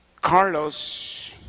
Carlos